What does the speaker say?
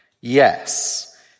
yes